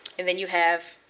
and then you have